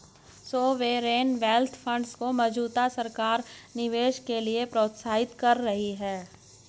sovereign wealth funds को मौजूदा सरकार निवेश के लिए प्रोत्साहित कर रही है